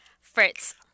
Fritz